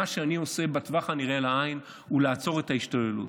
מה שאני עושה בטווח הנראה לעין הוא לעצור את ההשתוללות.